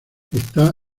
está